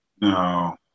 No